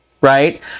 right